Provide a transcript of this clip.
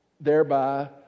Thereby